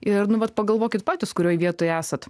ir nu vat pagalvokit patys kurioj vietoj esat